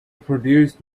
produced